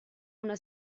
una